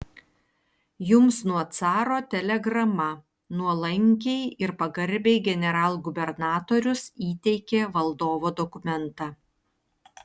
jums nuo caro telegrama nuolankiai ir pagarbiai generalgubernatorius įteikė valdovo dokumentą